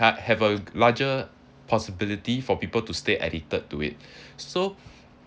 uh have a larger possibility for people to stay addicted to it so